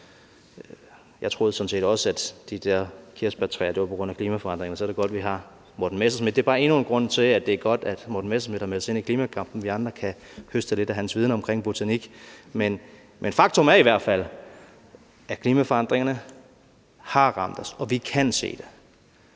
det med de der kirsebærtræer var på grund af klimaforandringerne, men så er det godt, vi har hr. Morten Messerschmidt. Det er bare endnu en grund til, at det er godt, at hr. Morten Messerschmidt har meldt sig ind i klimakampen: Så kan vi andre høste lidt af hans viden om botanik. Men faktum er i hvert fald, at klimaforandrinerne har ramt os, og at vi kan se det,